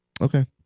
Okay